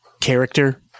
character